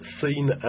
seen